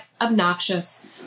obnoxious